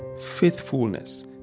faithfulness